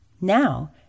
Now